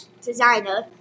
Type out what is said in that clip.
designer